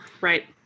Right